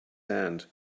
hand